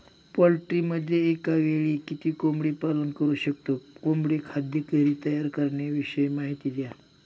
पोल्ट्रीमध्ये एकावेळी किती कोंबडी पालन करु शकतो? कोंबडी खाद्य घरी तयार करण्याविषयी माहिती द्या